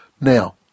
Now